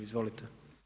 Izvolite.